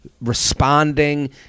responding